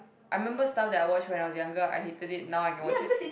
I remember stuff that I watch when I was younger I hated it now I can watch it